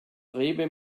rewe